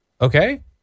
Okay